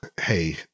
hey